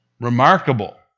Remarkable